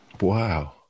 Wow